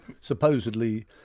supposedly